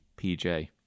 PJ